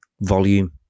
volume